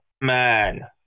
man